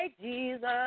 Jesus